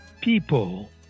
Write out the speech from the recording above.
people